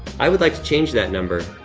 i would like to change that number.